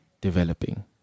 developing